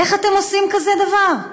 איך אתם עושים כזה דבר?